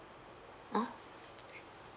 uh